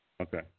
Okay